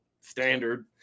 standard